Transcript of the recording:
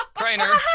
ah crainer.